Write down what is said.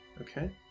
okay